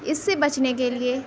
اِس سے بچنے کے لئے